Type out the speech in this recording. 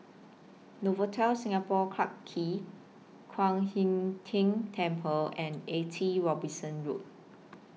Novotel Singapore Clarke Quay Kwan Im Tng Temple and eighty Robinson Road